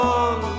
on